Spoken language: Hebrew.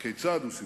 הכיצד?" הוא סיפר.